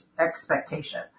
expectation